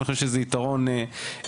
אני חושב שזה יתרון משמעותי.